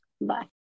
Bye